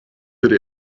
could